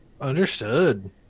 Understood